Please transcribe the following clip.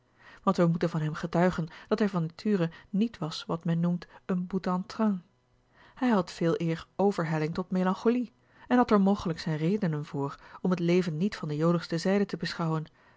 want wij moeten van hem getuigen dat hij van nature niet was wat men noemt een boute en train hij had veeleer overhelling tot melancholie en had er mogelijk zijne redenen voor om het leven niet van de joligste zijde te beschouwen